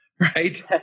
right